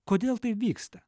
kodėl tai vyksta